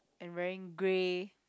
and wearing grey